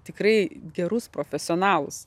tikrai gerus profesionalus